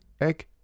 Egg